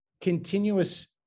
Continuous